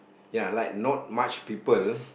ya like not much people